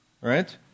Right